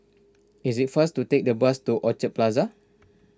it is faster to take the bus to Orchard Plaza